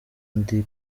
ndi